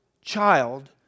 child